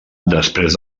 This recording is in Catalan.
després